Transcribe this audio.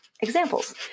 Examples